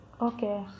Okay